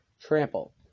Trample